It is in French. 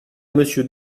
monsieur